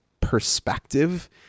perspective